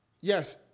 yes